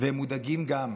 והם מודאגים גם.